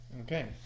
Okay